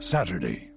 Saturday